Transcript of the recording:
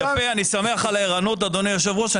יפה, אני שמח על הערנות אדוני היושב ראש.